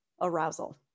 arousal